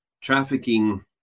trafficking